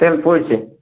তেল পড়ছে